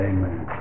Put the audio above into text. Amen